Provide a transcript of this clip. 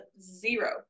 zero